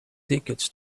tickets